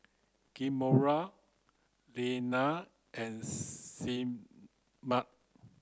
Kamora Iyanna and Sigmund